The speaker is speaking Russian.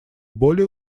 более